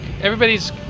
everybody's